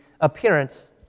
appearance